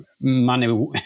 money